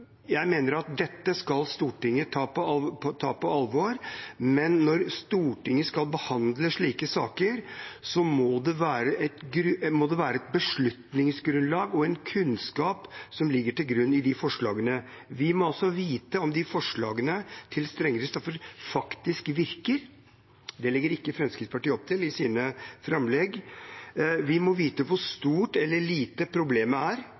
Jeg mener at dette skal Stortinget ta på alvor, men når Stortinget skal behandle slike saker, må det være et beslutningsgrunnlag og en kunnskap som ligger til grunn i de forslagene. Vi må altså vite om de forslagene til strengere straffer faktisk virker. Det legger ikke Fremskrittspartiet opp til i sine framlegg. Vi må vite hvor stort eller lite problemet er.